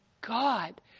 God